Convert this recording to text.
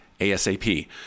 ASAP